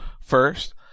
First